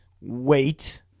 wait